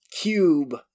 cube